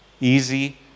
Easy